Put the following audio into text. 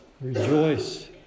Rejoice